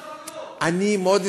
אני מאוד אשמח,